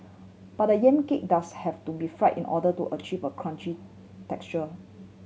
but the yam cake does have to be fried in order to achieve a crunchy texture